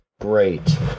great